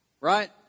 right